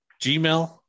gmail